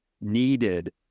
needed